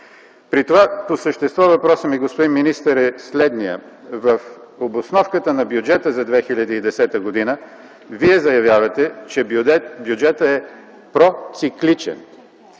правите. По същество въпросът ми, господин министър, е следният: В обосновката на бюджета за 2010 г. Вие заявявате, че бюджетът е процикличен,